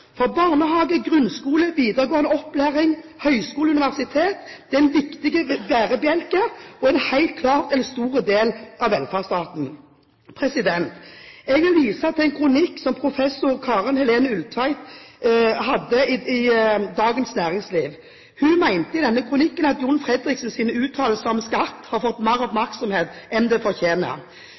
For barnehage, grunnskole, videregående opplæring, høyskole og universitet er en viktig bærebjelke og helt klart en stor del av velferdsstaten. Jeg vil vise til en kronikk som professor Karen Helene Ulltveit-Moe hadde i Dagens Næringsliv. Hun sier i denne kronikken at John Fredriksens uttalelser om skatt har fått mer oppmerksomhet enn de fortjener.